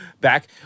back